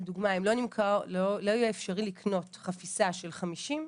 לדוגמא אם לא יהיה אפשרי לקנות חפיסה של חמישים,